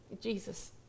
Jesus